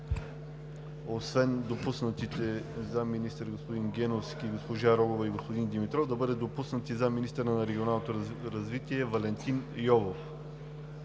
освен допуснатите заместник-министри – господин Геновски, госпожа Рогова и господин Димитров, да бъде допуснат и заместник-министърът на регионалното развитие – Валентин Йовев.